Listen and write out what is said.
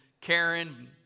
Karen